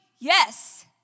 yes